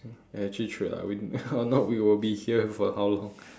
actually true lah we or not we will be here for how long